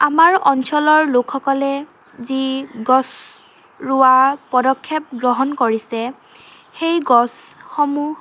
আমাৰ অঞ্চলৰ লোকসকলে যি গছ ৰোৱা পদক্ষেপ গ্ৰহণ কৰিছে সেই গছসমূহ